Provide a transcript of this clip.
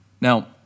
Now